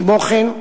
כמו כן,